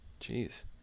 Jeez